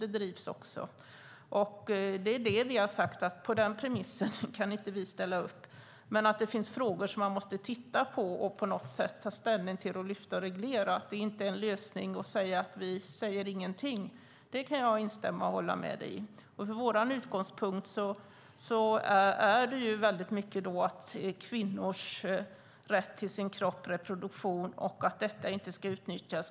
Men den drivs, och vi har sagt att på denna premiss kan inte vi ställa upp. Men det finns frågor som man måste titta på och på något sätt ta ställning till, lyfta fram och reglera. Och det är ingen lösning att säga att vi inte säger någonting; det kan jag instämma i och hålla med dig om. Vår utgångspunkt är i mycket kvinnors rätt till sin kropp och reproduktion och att detta inte ska utnyttjas.